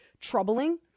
troubling